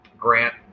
Grant